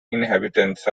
inhabitants